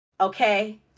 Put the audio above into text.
okay